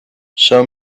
show